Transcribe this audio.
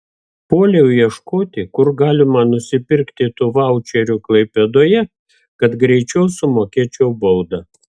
puoliau ieškoti kur galima nusipirkti tų vaučerių klaipėdoje kad greičiau sumokėčiau baudą